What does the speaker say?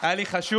היה לי חשוב